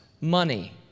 money